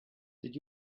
did